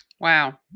Wow